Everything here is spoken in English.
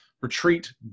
retreat